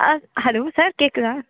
ஆ hello sir கேட்குதா